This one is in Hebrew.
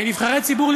כנבחרי ציבור,